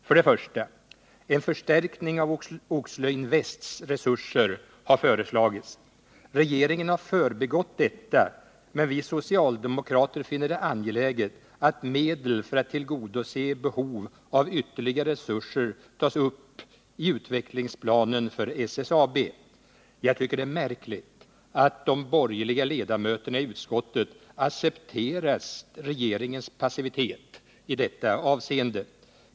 För det första: En förstärkning av Oxelöinvests resurser har föreslagits. Regeringen har förbigått detta, men vi socialdemokrater finner det angeläget att medel för att tillgodose behov av ytterligare resurser tas upp i utvecklingsplanen för SSAB. Jag tycker att det är märkligt att de borgerliga ledamöterna i utskottet accepterat regeringens passivitet i detta avseende.